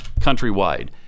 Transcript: countrywide